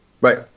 Right